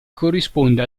corrisponde